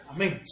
Amen